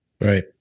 Right